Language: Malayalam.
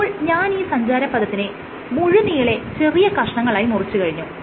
ഇപ്പോൾ ഞാൻ ഈ സഞ്ചാരപഥത്തിനെ മുഴുനീളെ ചെറിയ കഷ്ണങ്ങളായി മുറിച്ചു കഴിഞ്ഞു